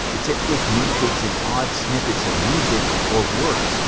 it typically communicates in odd snippets of music or words.